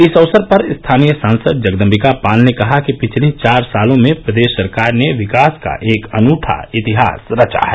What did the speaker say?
इस अवसर पर स्थानीय सांसद जगदम्बिका पाल ने कहा कि पिछले चार सालों में प्रदेश सरकार ने विकास का एक अनूठा इतिहास रचा है